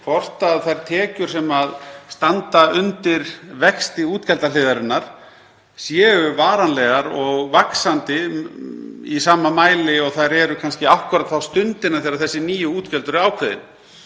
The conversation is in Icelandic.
hvort þær tekjur sem standa undir vexti útgjaldahliðarinnar séu varanlegar og vaxandi í sama mæli og þær eru kannski akkúrat þá stundina þegar þessi nýju útgjöld eru ákveðin.